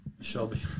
Shelby